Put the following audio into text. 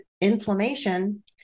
inflammation